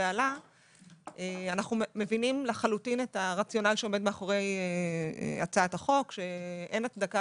אנו מבינים לחלוטין את הרציונל שמאחורי הצעת החוק שאין הצדקה